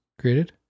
created